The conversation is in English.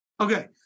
Okay